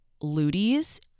Ludi's